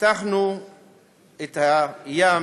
פתיחת הים